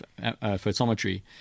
photometry